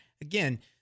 again